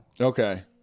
Okay